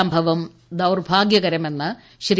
സംഭവം ദൌർഭാഗൃകരമെന്ന് ശ്രീ